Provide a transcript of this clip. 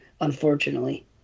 unfortunately